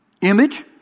image